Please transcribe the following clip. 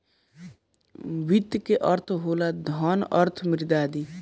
वित्त के अर्थ होला धन, अर्थ, मुद्रा आदि